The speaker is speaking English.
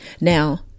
Now